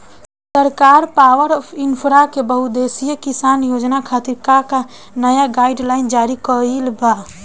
सरकार पॉवरइन्फ्रा के बहुउद्देश्यीय किसान योजना खातिर का का नया गाइडलाइन जारी कइले बा?